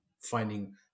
finding